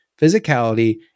physicality